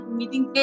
meeting